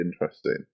interesting